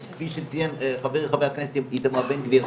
כפי שציין חבר הכנסת איתמר בן גביר,